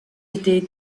étaient